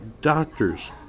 doctors